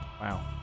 wow